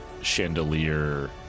chandelier